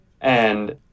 And-